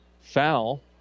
Foul